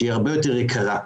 שהיא הרבה יותר יקרה.